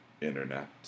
Internet